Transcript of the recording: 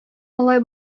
алай